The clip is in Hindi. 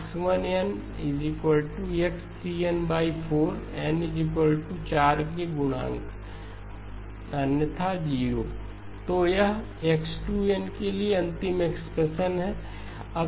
X1 nx3n4 n4 के गुणांक 0 अन्यथा तो यह X2 n के लिए अंतिम एक्सप्रेशन है